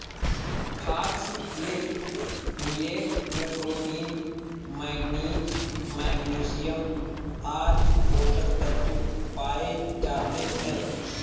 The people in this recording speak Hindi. फॉक्सटेल मिलेट में प्रोटीन, मैगनीज, मैग्नीशियम आदि पोषक तत्व पाए जाते है